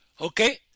Okay